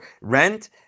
rent